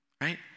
right